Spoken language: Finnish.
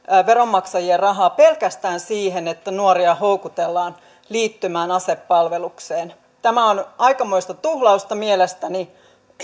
veronmaksajien rahaa pelkästään siihen että nuoria houkutellaan liittymään asepalvelukseen tämä on aikamoista tuhlausta mielestäni